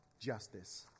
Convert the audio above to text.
justice